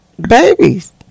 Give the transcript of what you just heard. Babies